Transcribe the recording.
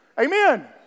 Amen